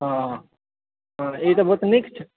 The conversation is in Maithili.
हँ हँ ई तऽ बहुत नीक छै